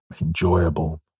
enjoyable